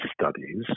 studies